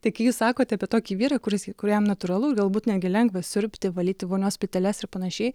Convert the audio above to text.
tai kai jūs sakote apie tokį vyrą kuris kuriam natūralu ir galbūt netgi lengva siurbti valyti vonios plyteles ir panašiai